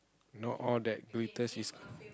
not all that glitters is